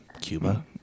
Cuba